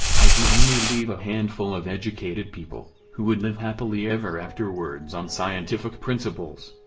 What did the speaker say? i d only leave a handful of educated people, who would live happily ever afterwards on scientific principles.